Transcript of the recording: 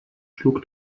schlug